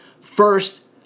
First